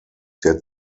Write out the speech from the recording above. der